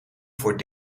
voor